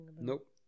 Nope